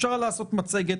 אפשר לעשות מצגת.